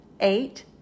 Eight